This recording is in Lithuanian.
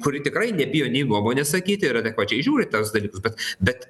kuri tikrai nebijo nei nuomonės sakyti ir adekvačiai žiūri tuos dalykus bet bet